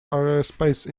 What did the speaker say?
aerospace